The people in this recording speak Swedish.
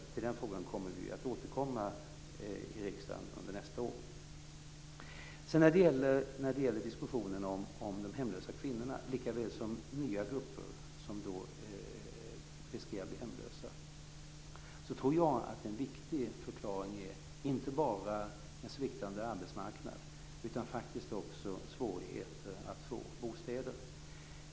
I den frågan kommer vi att återkomma till riksdagen under nästa år. När det gäller diskussionen om de hemlösa kvinnorna och om de nya grupper som riskerar att bli hemlösa tror jag att en viktig förklaring är inte bara en sviktande arbetsmarknad utan faktiskt också svårigheterna att få bostäder.